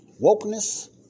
Wokeness